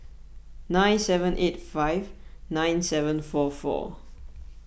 nine seven eight five nine seven four four